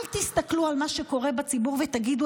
אל תסתכלו על מה שקורה בציבור ותגידו